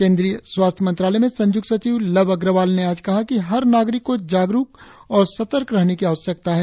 केंद्रीय स्वास्थ्य मंत्रालय में संयुक्त सचिव लव अग्रवाल ने आज कहा कि हर नागरिक को जागरुक और सतर्क रहने की आवश्यकता है